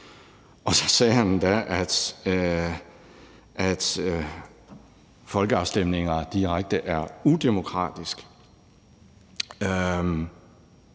Og så sagde han endda, at folkeafstemninger er direkte udemokratiske.